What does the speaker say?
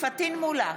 פטין מולא,